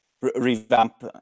Revamp